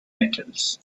metals